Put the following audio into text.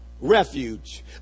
refuge